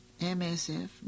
MSF